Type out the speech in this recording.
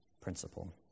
principle